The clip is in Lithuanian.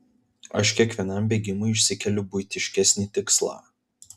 aš kiekvienam bėgimui išsikeliu buitiškesnį tikslą